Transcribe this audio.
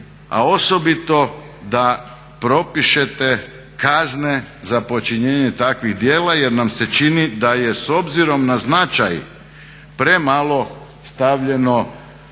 a osobito da propišete kazne za počinjenje takvih djela jer nam se čini da je s obzirom na značaj premalo stavljeno